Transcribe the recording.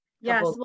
Yes